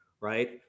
right